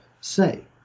say